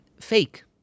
fake